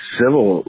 civil